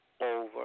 over